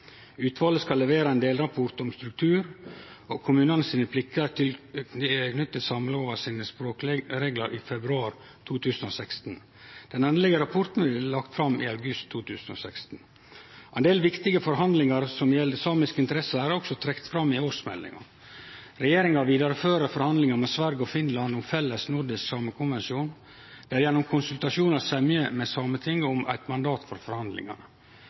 Utvalet skal levere ein delrapport om struktur og kommunane sine plikter knytte til språkreglane i samelova i februar 2016. Den endelege rapporten vil bli lagd fram i august 2016. Ein del viktige forhandlingar som gjeld samiske interesser, er òg trekte fram i årsmeldinga. Regjeringa vidarefører forhandlingar med Sverige og Finland om ein felles nordisk samekonvensjon. Det er gjennom konsultasjonar semje med Sametinget om eit mandat for forhandlingane.